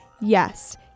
yes